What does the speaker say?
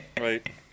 Right